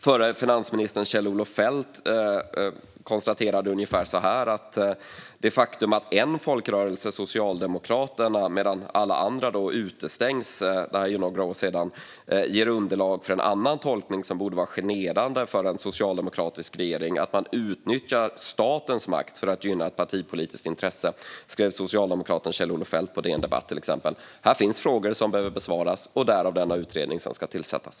Förre finansministern Kjell-Olof Feldt konstaterade följande för några år sedan: "Det faktum att en folkrörelse, socialdemokratiska partiet, getts tillträde till marknaden medan alla andra utestängs ger underlag för en annan tolkning som borde vara generande för den socialdemokratiska regeringen - att man utnyttjar statens makt för att gynna egna partipolitiska intressen." Det skrev socialdemokraten Kjell-Olof Feldt på DN Debatt. Här finns frågor som behöver besvaras. Därav den utredning som ska tillsättas.